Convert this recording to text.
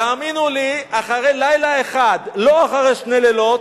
תאמינו לי, אחרי לילה אחד, לא אחרי שני לילות,